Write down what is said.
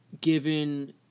given